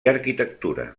arquitectura